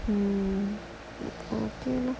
mmhmm okay lor